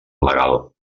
legal